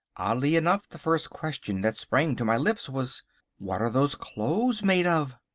oddly enough the first question that sprang to my lips was what are those clothes made of?